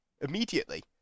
Immediately